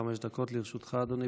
עד חמש דקות לרשותך, אדוני.